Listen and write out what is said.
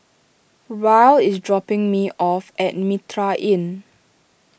Rylie is dropping me off at Mitraa Inn